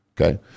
Okay